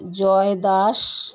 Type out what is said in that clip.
Joy Das